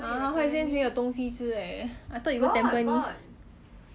!huh! white sands 没有东西吃的 leh I thought you go tampines